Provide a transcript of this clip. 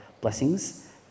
blessings